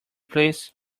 please